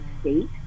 state